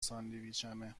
ساندویچمه